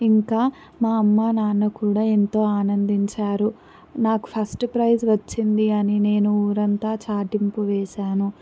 ఇంకా మా అమ్మ నాన్న కూడా ఎంతో ఆనందించారు నాకు ఫస్ట్ ప్రైజ్ వచ్చింది అని నేను ఊరంతా చాటింపు వేసాను